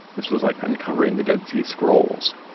this was like uncovering the dead sea scrolls